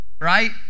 right